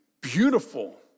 beautiful